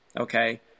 okay